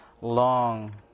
long